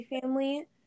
family